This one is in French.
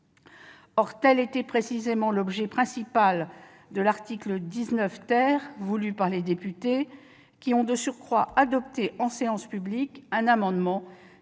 Or tel était précisément l'objet principal de l'article 19 voulu par les députés qui ont, de surcroît, adopté un amendement